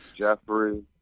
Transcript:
Jeffrey